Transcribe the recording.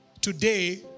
today